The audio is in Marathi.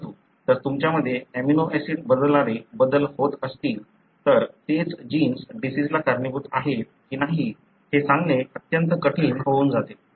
परंतु जर तुमच्यामध्ये अमिनो ऍसिड बदलणारे बदल होत असतील तर तेच जीन्स डिसिजला कारणीभूत आहे की नाही हे सांगणे अत्यंत कठीण होऊन जाते